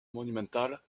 monumentale